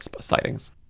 sightings